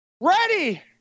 Ready